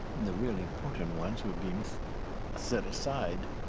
the real important ones were being so set aside